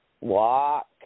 walk